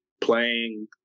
playing